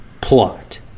plot